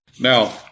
Now